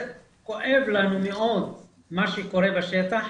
זה כואב לנו מאוד מה שקורה בשטח,